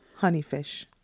Honeyfish